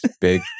big